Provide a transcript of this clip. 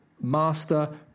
Master